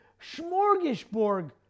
smorgasbord